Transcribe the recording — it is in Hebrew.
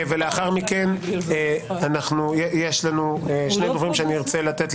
לאחר מכן יש שני דוברים נוספים